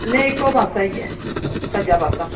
नेईं इक्को पास्सा इ गै सज्जा पास्सा